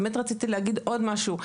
אני רוצה להגיד עוד משהו.